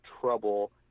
trouble